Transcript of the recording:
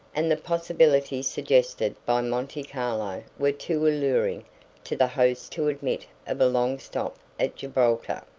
and the possibilities suggested by monte carlo were too alluring to the host to admit of a long stop at gibraltar.